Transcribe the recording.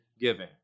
giving